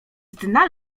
dna